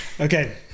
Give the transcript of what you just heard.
Okay